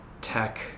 tech